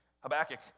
Habakkuk